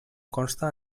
consta